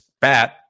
bat